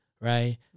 right